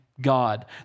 God